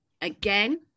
Again